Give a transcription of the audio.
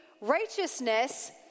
Righteousness